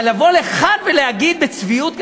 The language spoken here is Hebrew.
אבל לבוא לכאן ולהגיד בצביעות,